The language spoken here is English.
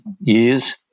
years